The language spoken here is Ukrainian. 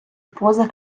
поза